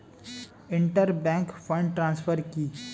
Inter bank fund transfer কি?